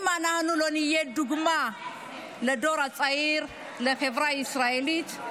אם אנחנו לא נהיה דוגמה לדור הצעיר לחברה הישראלית,